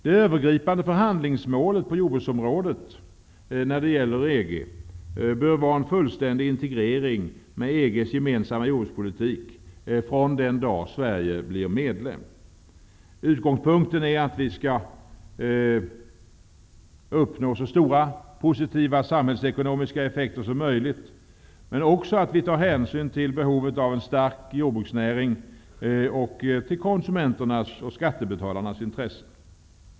Det övergripande förhandlingsmålet på jordbruksområdet när det gäller EG bör vara en fullständig integrering med EG:s gemensamma jordbrukspolitik från den dag Sverige blir medlem. Utgångspunkten är att vi skall uppnå så stora positiva samhällsekonomiska effekter som möjligt, men också att vi tar hänsyn till behovet av en stark jordbruksnäring och till konsumenternas och skattebetalarnas intressen.